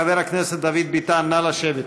חבר הכנסת דוד ביטן, נא לשבת.